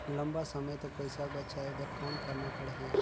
लंबा समय तक पइसा बचाये बर कौन करना पड़ही?